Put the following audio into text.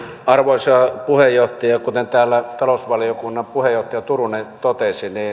arvoisa puheenjohtaja kuten täällä talousvaliokunnan puheenjohtaja turunen totesi